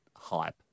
hype